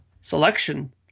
selection